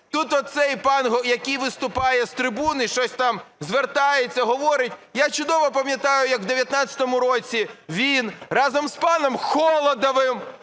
Тут оцей пан, який виступає з трибуни, щось там звертається, говорить. Я чудово пам'ятаю, як в 2019 році він разом з паном Холодовим,